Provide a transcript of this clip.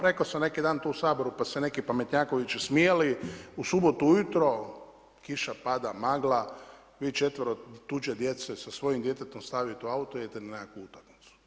Rekao sam neki dan u Saboru pa su se neki pametnjakovići smijali, u subotu ujutro, kiša pada, magla, vi četvero tuđe djece sa svojim djetetom stavite u auto i idete na nekakvu utakmicu.